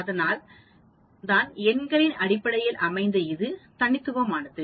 அதனால் தான் எண்களின் அடிப்படையில் அமைந்த இது தனித்துவமானது